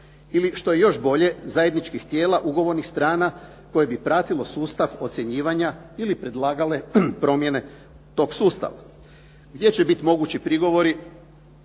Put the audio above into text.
ili što je još bolje zajedničkih tijela, ugovornih strana koje bi pratilo sustav ocjenjivanja ili predlagale promjene tog sustava. Gdje će biti mogući prigovori